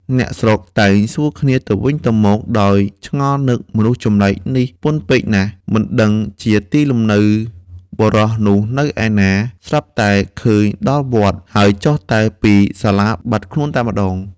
អ្នកស្រុកតែងសួរគ្នាទៅវិញទៅមក ដោយឆ្ងល់នឹងមនុស្សចម្លែកនេះពន់ពេកណាស់ មិនដឹងជាទីលំនៅបុរសនោះនៅឯណា ស្រាប់តែឃើញដល់វត្ត ហើយចុះតែពីសាលាបាត់ខ្លួនតែម្ដង ។